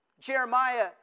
Jeremiah